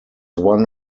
one